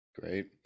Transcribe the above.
Great